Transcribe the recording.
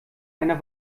einer